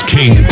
King